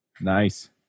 Nice